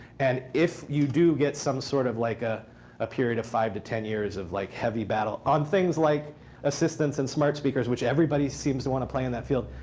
and if you do get some sort of like ah a period of five to ten years of like heavy battle on things like assistants and smart speakers, which everybody seems to want to play in that field,